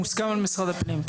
זה מוסכם על משרד הפנים?